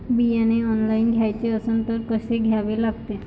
बियाने ऑनलाइन घ्याचे असन त कसं घ्या लागते?